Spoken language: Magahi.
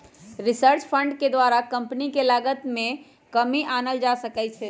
रिसर्च फंड के द्वारा कंपनी के लागत में कमी आनल जा सकइ छै